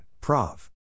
Prov